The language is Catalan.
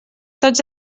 tots